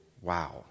Wow